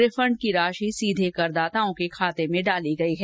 refund की राशि सीधे करदाताओं के खाते में डाली गई है